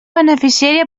beneficiària